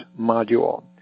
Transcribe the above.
module